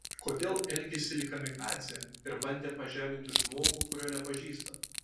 kodėl elgėsi lyg kamikadzė ir bandė pažeminti žmogų kurio nepažįsta